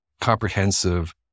comprehensive